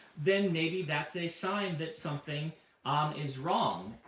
then maybe that's a sign that something um is wrong.